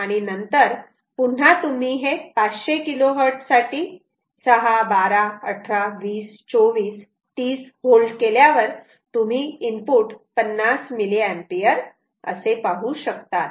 आणि नंतर पुन्हा तुम्ही हे 500 KHz साठी 6 12 18 20 24 30 केल्यावर तुम्ही इनपुट 50 mA पाहू शकतात